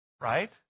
right